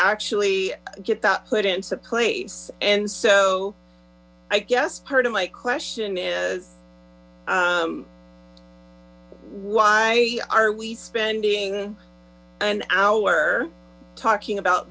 actually get that put into place and so i guess part of my question is why are we spending an hour talking about